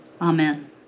Amen